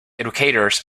educators